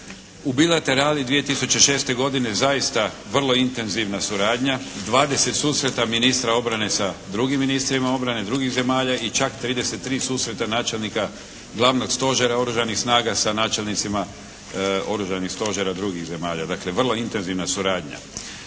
U bilaterali 2006. godine zaista vrlo intenzivna suradnja, 20 susreta ministra obrane sa drugim ministrima obrane drugih zemalja i čak 33 susreta načelnika glavnog stožera oružanih snaga sa načelnicima oružanih stožera drugih zemalja. Dakle, vrlo intenzivna suradnja.